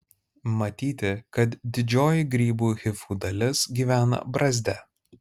matyti kad didžioji grybų hifų dalis gyvena brazde